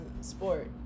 sport